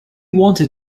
wanted